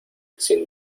sin